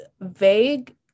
vague